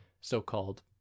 so-called